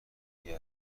دیگه